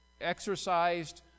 exercised